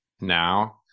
now